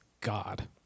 God